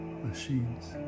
Machines